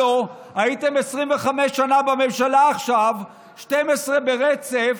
הלו, הייתם 25 שנה בממשלה עכשיו, 12 ברצף,